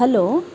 hello